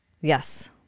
Yes